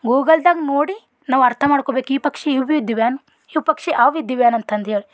ಗೂಗಲ್ದಾಗ ನೋಡಿ ನಾವು ಅರ್ಥ ಮಾಡ್ಕೊಬೇಕು ಈ ಪಕ್ಷಿ ಇವೂ ಇದ್ದುವೇನು ಈ ಪಕ್ಷಿ ಅವೂ ಇದ್ದುವೇನು ಅಂತಂದು ಹೇಳಿ